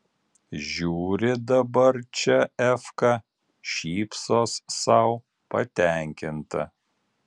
žiūri dabar čia efka šypsos sau patenkinta